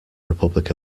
republic